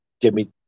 Jimmy